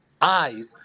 eyes